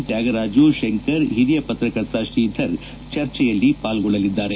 ತ್ನಾಗರಾಜು ಶಂಕರ್ ಹಿರಿಯ ಪತ್ರಕರ್ತ ಶ್ರೀಧರ್ ಚರ್ಚೆಯಲ್ಲಿ ಪಾಲ್ಗೊಳ್ಳಲಿದ್ದಾರೆ